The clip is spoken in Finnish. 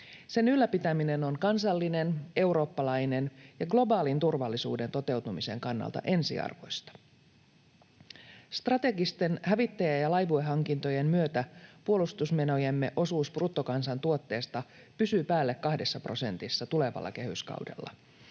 Sen ylläpitäminen on kansallisen, eurooppalaisen ja globaalin turvallisuuden toteutumisen kannalta ensiarvoista. Strategisten hävittäjä- ja laivuehankintojen myötä puolustusmenojemme osuus bruttokansantuotteesta pysyy päälle 2 prosentissa tulevalla kehyskaudella.